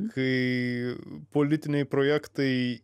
kai politiniai projektai